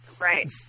right